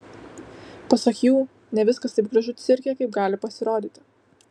pasak jų ne viskas taip gražu cirke kaip gali pasirodyti